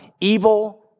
evil